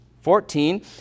Fourteen